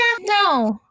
no